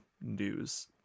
News